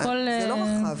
זה לא רחב.